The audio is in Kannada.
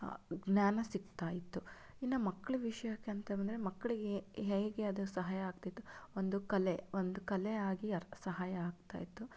ಜ್ಞಾನ ಸಿಕ್ತಾ ಇತ್ತು ಇನ್ನು ಮಕ್ಕಳ ವಿಷಯಕ್ಕಂತ ಬಂದರೆ ಮಕ್ಕಳಿಗೆ ಹೇಗೆ ಅದು ಸಹಾಯ ಆಗ್ತಿತ್ತು ಒಂದು ಕಲೆ ಒಂದು ಕಲೆ ಆಗಿ ಅರ್ ಸಹಾಯ ಆಗ್ತಾ ಇತ್ತು